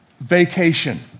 vacation